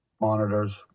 monitors